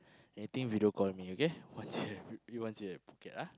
anything video call me okay once you once you at Phuket ah